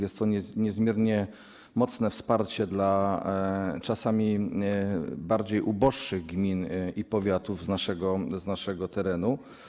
Jest to niezmiernie mocne wsparcie dla czasami bardziej uboższych gmin i powiatów z naszego terenu.